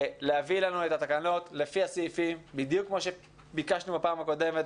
להביא לנו את התקנות לפי הסעיפים בדיוק כמו שביקשנו בפעם הקודמת,